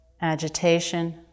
agitation